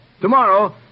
Tomorrow